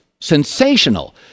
sensational